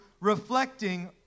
reflecting